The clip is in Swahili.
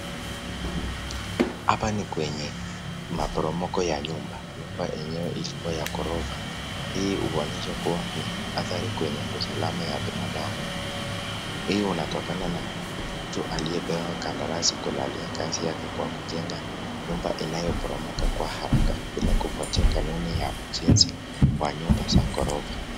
Hapa ni kwenye maporomoko ya nyumba. Nyumba yenyewe ilikuwa ya ghorofa. Hii huonyesha kuwa ni athari kwenye usalama ya binadamu. Hii unatokana na mtu aliyepewa kandarasi, kulalia kazi yake kwa kujenga nyumba inayoporomoka kwa haraka bila kufuatia kanuni ya ujenzi wa nyumba za ghorofa.